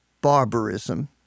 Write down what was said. barbarism